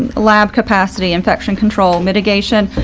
lab capacity, infection control, mitigation,